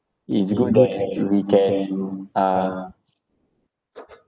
it's good that we can uh